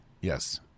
yes